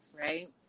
right